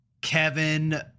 Kevin